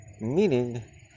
Meaning